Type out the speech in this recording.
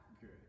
good